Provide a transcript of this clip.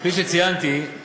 כפי שציינתי,